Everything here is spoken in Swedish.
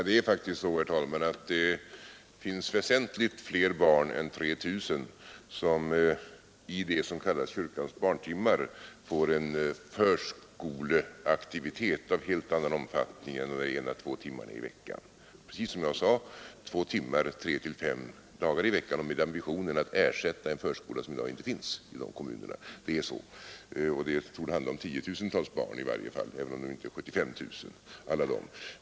Herr talman! Det finns faktiskt väsentligt fler barn än 3 000 som i det som kallas kyrkans barntimmar får en förskoleaktivitet av helt annan omfattning än 1 å 2 timmar i veckan. Det är som jag sade 2 timmar 3—5 dagar i veckan och med ambitionen att ersätta en förskola som i dag inte finns i dessa kommuner. Det är så. Det torde i varje fall handla om tiotusentals barn även om det inte gäller 75 000.